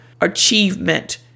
achievement